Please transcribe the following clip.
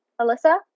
Alyssa